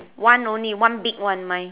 one only one big one mine